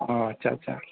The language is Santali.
ᱟᱪᱪᱷᱟ ᱟᱪᱪᱷᱟ